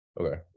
Okay